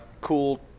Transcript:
cool